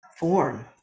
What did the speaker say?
form